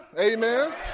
Amen